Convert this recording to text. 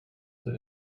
der